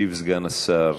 ישיב סגן השר,